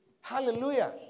Hallelujah